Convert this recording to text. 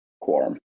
quorum